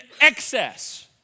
excess